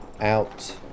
out